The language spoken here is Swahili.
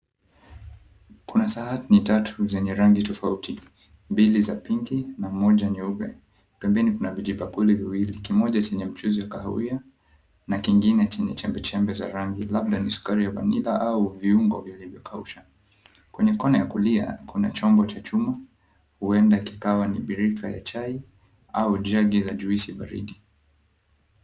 Kuna sahani tatu zenye rangi tofauti, mbili za pinki na moja nyeupe. Pembeni kuna vijibakuli viwili kimoja chenye mchuzi wa kahawia na kengine chenye chembechembe za rangi labda ni sukari ya vanila viungo vilivyokaushwa. Kwenye mikono ya kulia kuna chombo cha chuma huenda kikawa birika la chai au jagi la juisi baridi.